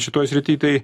šitoj srity tai